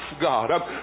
God